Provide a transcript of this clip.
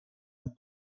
und